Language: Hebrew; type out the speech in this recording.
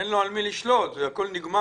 אין לו על מי לשלוט הכול נגמר,